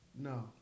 no